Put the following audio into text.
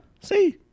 See